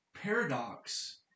paradox